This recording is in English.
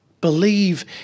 Believe